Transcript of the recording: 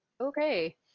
Okay